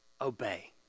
Obey